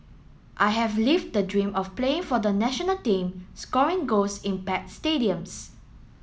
I have lived the dream of playing for the national team scoring goals in packed stadiums